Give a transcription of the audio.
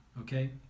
Okay